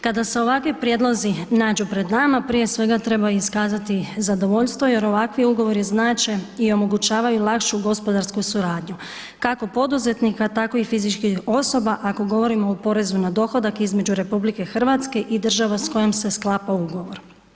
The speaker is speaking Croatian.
Kada se ovakvi prijedlozi nađu pred nama, prije svega treba iskazati zadovoljstvo jer ovakvi ugovori znače i omogućavaju lakšu gospodarsku suradnju, kako poduzetnika, tako i fizičkih osoba ako govorimo o porezu na dohodak između RH i država s kojom se sklapa ugovor.